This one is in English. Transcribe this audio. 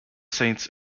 saints